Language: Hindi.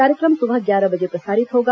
कार्यक्रम सुबह ग्यारह बजे प्रसारित होगा